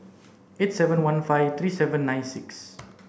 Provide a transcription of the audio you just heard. eight seven one five three seven nine six